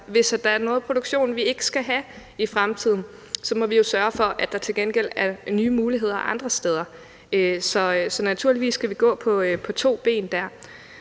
hvis der er noget produktion, vi ikke skal have i fremtiden, må vi jo sørge for, at der til gengæld er nye muligheder andre steder. Så naturligvis skal vi gå på to ben dér.